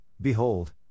Behold